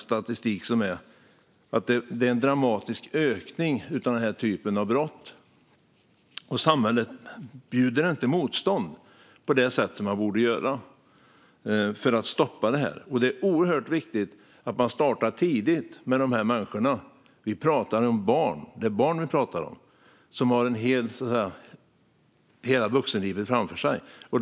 Statistiken visar att det råder en dramatisk ökning av den typen av brott, och samhället bjuder inte motstånd för att stoppa brotten. Det är oerhört viktigt att starta tidigt med dessa människor. Det är barn med hela vuxenlivet framför sig vi pratar om.